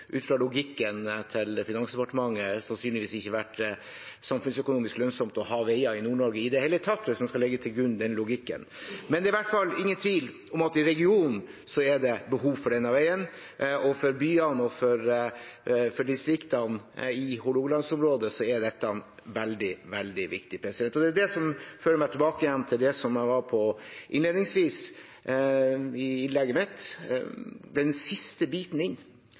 å ha veier i Nord-Norge i det hele tatt. Men det er i hvert fall ingen tvil om at i regionen er det behov for denne veien, og for byene og for distriktene i Hålogaland-området er dette veldig, veldig viktig. Det er det som fører meg tilbake igjen til det som jeg var inne på i innlegget mitt, nemlig den siste biten inn,